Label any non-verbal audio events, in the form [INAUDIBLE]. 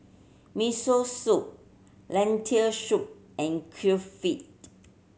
Miso Soup Lentil Soup and [UNINTELLIGIBLE]